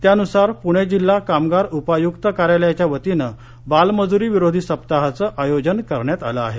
त्यानुसार पूणे जिल्हा कामगार उपायुक्त कार्यालयाच्या वतीने बालमजुरी विरोधी सप्ताहाचे आयोजन करण्यात आले आहे